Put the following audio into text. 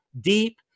deep